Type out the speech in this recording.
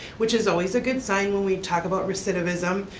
which is always a good sign when we talk about recidivism.